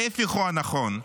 ההפך הוא הנכון,